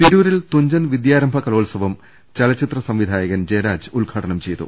തിരൂരിൽ തുഞ്ചൻ വിദ്യാരംഭ കലോത്സവം ചലച്ചിത്ര സംവി ധായകൻ ജയരാജ് ഉദ്ഘാടനം ചെയ്തു